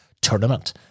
tournament